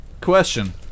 Question